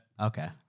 Okay